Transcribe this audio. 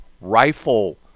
rifle